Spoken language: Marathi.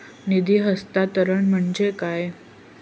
निधी हस्तांतरण म्हणजे काय?